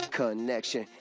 connection